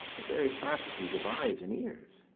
the very faculties of eyes and ears.